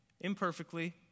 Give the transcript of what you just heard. Imperfectly